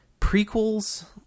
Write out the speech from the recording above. Prequels